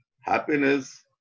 Happiness